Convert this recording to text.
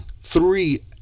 three